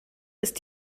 ist